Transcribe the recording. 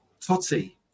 Totti